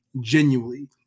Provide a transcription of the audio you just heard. genuinely